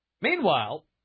Meanwhile